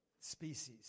species